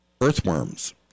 earthworms